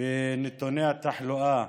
בנתוני התחלואה